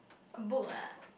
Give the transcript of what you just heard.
a book ah